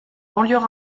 banlieues